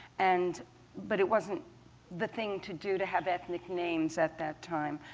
and but it wasn't the thing to do to have ethnic names at that time.